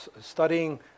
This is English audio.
studying